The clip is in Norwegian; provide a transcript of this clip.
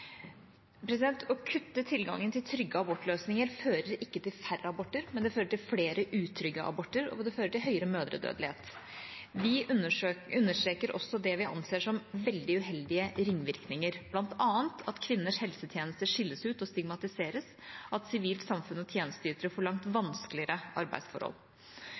Å kutte tilgangen til trygge abortløsninger fører ikke til færre aborter. Det fører til flere utrygge aborter, og det fører til høyere mødredødelighet. Vi understreker også det vi anser som veldig uheldige ringvirkninger, bl.a. at kvinners helsetjeneste skilles ut og stigmatiseres, og at sivilt samfunn og tjenesteytere får langt vanskeligere arbeidsforhold.